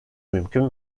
mümkün